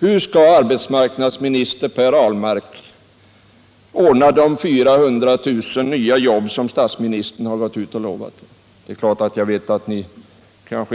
Hur skall arbetsmarknadsminister Per Ahlmark ordna de 400 000 nya jobb som statsministern har varit ute och lovat? Ja, jag vet naturligtvis att ni